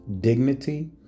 dignity